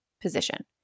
position